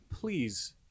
Please